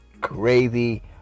crazy